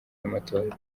y’amatora